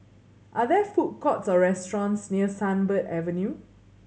are there food courts or restaurants near Sunbird Avenue